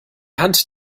hand